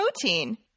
protein